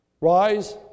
rise